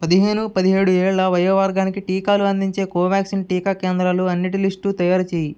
పదిహేను పదిహేడు ఏళ్ల వయో వర్గానికి టీకాలు అందించే కోవాక్సిన్ టీకా కేంద్రాలు అన్నిటి లిస్టు తయారు చేయి